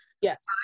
Yes